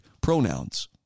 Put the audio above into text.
pronouns